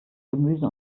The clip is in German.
gemüse